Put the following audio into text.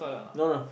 no no